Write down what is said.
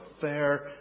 fair